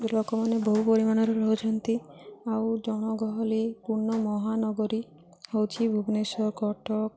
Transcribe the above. ଲୋକମାନେ ବହୁ ପରିମାଣରେ ରହୁଛନ୍ତି ଆଉ ଜନଗହଳି ପୂର୍ଣ୍ଣ ମହାନଗରୀ ହଉଛି ଭୁବନେଶ୍ୱର କଟକ